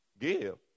Give